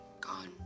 gone